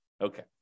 Okay